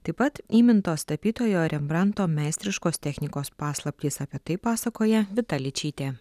taip pat įmintos tapytojo rembranto meistriškos technikos paslaptys apie tai pasakoja vita ličytė